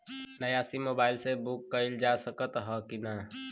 नया SIM mobile से book कइलजा सकत ह कि ना?